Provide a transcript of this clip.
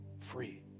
Free